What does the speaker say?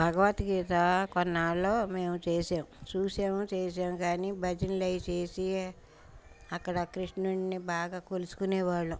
భగవద్గీతా కొన్నాళ్ళు మేము చేసాం చూసాము చేసాము కాని భజనలయి చేసీ అక్కడ కృష్ణునిన్నే బాగా కొలుచుకునే వాళ్ళం